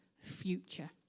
future